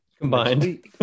combined